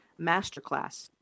masterclass